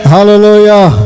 Hallelujah